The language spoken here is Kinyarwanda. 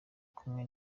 kumwe